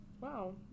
Wow